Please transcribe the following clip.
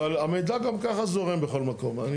אבל המידע גם ככה זורם בכל מקום.